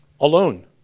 alone